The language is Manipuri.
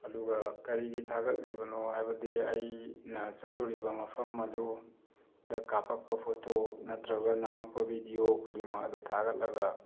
ꯑꯗꯨꯒ ꯀꯔꯤꯒꯤ ꯊꯥꯒꯠꯂꯤꯕꯅꯣ ꯍꯥꯏꯕꯗꯤ ꯑꯩꯅ ꯆꯠꯂꯨꯔꯤ ꯃꯐꯝ ꯑꯗꯨꯗ ꯀꯥꯞꯄꯛꯄ ꯐꯣꯇꯣ ꯅꯠꯇ꯭ꯔꯒ ꯅꯝꯃꯛꯄ ꯕꯤꯗꯤꯑꯣ ꯈꯨꯗꯤꯡꯃꯛ ꯑꯗꯣ ꯊꯥꯒꯠꯂꯒ